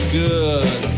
good